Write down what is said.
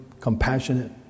compassionate